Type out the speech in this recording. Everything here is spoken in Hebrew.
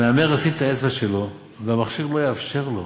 המהמר ישים שם את האצבע שלו והמכשיר לא יאפשר לו